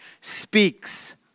speaks